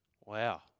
Wow